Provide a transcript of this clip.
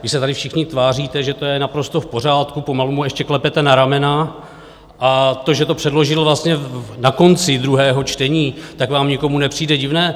Vy se tady všichni tváříte, že to je naprosto v pořádku, pomalu mu ještě klepete na ramena, a to, že to předložil vlastně na konci druhého čtení, tak vám nikomu nepřijde divné.